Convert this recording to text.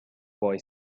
boy